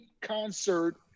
concert